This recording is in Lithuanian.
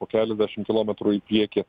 po keliasdešimt kilometrų į kiekį